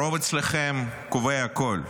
הרוב אצלכם קובע הכול,